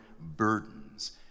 burdens